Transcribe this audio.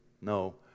No